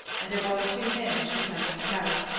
and it was to him she turned for help.